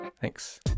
Thanks